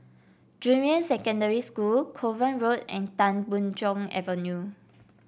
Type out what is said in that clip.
Junyuan Secondary School Kovan Road and Tan Boon Chong Avenue